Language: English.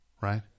Right